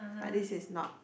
but this is not